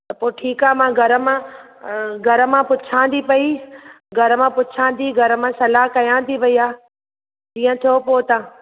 त पोइ ठीकु आहे मां घरु मां घरु मां पुछां थी पेई घरु मां पुछां थी घरु मां सलाह कयां थी भइया जीअं चओ पोइ तां